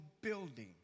building